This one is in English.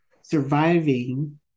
surviving